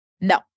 No